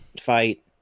fight